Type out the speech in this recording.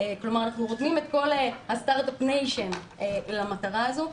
כלומר אנחנו רותמים את כל הסטארטאפ ניישן למטרה הזו,